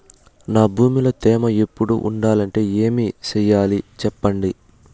నా భూమిలో తేమ ఎప్పుడు ఉండాలంటే ఏమి సెయ్యాలి చెప్పండి?